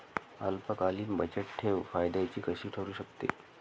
अल्पकालीन बचतठेव फायद्याची कशी ठरु शकते?